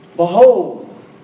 Behold